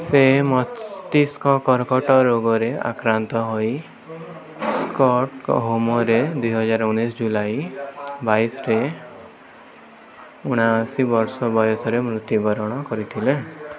ସେ ମସ୍ତିଷ୍କ କର୍କଟ ରୋଗରେ ଆକ୍ରାନ୍ତ ହୋଇ ଷ୍ଟକହୋଲ୍ମ୍ରେ ଦୁଇହଜାର ଉଣେଇଶ ଜୁଲାଇ ବାଇଶରେ ଅଣାଅଶୀ ବର୍ଷ ବୟସରେ ମୃତ୍ୟୁବରଣ କରିଥିଲେ